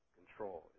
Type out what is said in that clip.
control